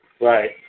Right